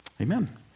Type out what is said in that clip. Amen